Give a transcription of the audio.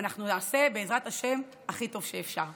אנחנו נעשה, בעזרת השם, הכי טוב שאפשר.